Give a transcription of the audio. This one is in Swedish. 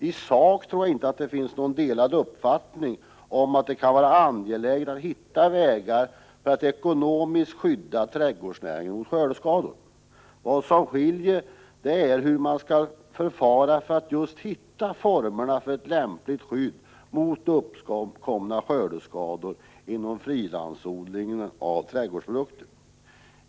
I sak tror jag inte att det råder några delade uppfattningar om att det kunde vara angeläget att hitta vägar för att ekonomiskt skydda trädgårdsnäringen mot skördeskador. Vad som skiljer oss åt är hur man skall förfara för att hitta formerna för ett lämpligt skydd mot uppkomna skördeskador inom frilandsodlingen av trädgårdsprodukter.